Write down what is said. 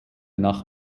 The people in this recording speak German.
nach